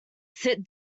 sit